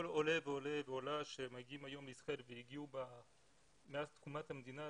כל עולה ועולה שמגיעים היום לישראל והגיעו מאז תקומת המדינה,